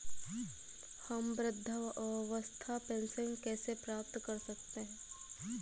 हम वृद्धावस्था पेंशन कैसे प्राप्त कर सकते हैं?